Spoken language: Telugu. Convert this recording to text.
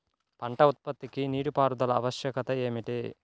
పంట ఉత్పత్తికి నీటిపారుదల ఆవశ్యకత ఏమిటీ?